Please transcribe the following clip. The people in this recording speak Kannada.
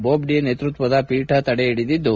ಮೋಜ್ವೆ ನೇತೃತ್ವದ ಪೀಠ ತಡೆಹಿಡಿದಿದ್ದು